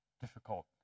difficult